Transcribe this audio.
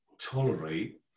tolerate